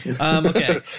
Okay